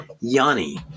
yanni